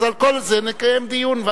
אז על כל זה נקיים דיון.